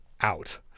out